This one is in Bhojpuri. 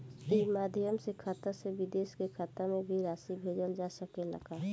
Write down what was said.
ई माध्यम से खाता से विदेश के खाता में भी राशि भेजल जा सकेला का?